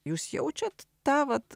jūs jaučiat tą vat